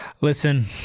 Listen